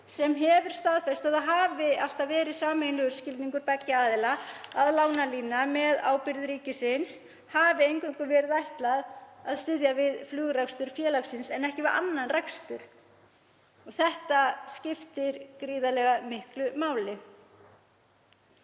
sem hefur staðfest að það hafi verið sameiginlegur skilningur beggja aðila að lánalínu með ábyrgð ríkisins hafi eingöngu verið ætlað að styðja við flugrekstur félagsins en ekki annan rekstur. Það skiptir gríðarlega miklu máli.